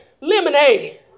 lemonade